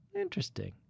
interesting